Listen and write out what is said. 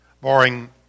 Barring